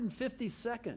152nd